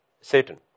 Satan